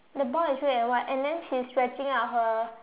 the ball is red and white and then she's stretching out her